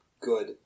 good